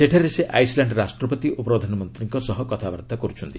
ସେଠାରେ ସେ ଆଇସ୍ଲ୍ୟାଣ୍ଡ ରାଷ୍ଟ୍ରପତି ଓ ପ୍ରଧାନମନ୍ତ୍ରୀଙ୍କ ସହ କଥାବାର୍ତ୍ତା କରିବେ